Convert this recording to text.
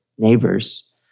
neighbors